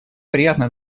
приятно